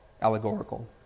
allegorical